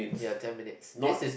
ya ten minutes this is